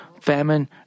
famine